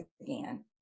again